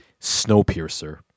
Snowpiercer